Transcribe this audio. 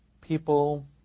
people